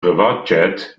privatjet